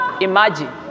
imagine